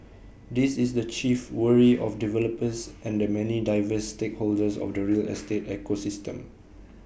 this is the chief worry of developers and the many diverse stakeholders of the real estate ecosystem